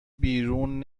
بیرون